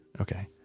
Okay